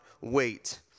wait